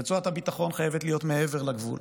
רצועת הביטחון חייבת להיות מעבר לגבול,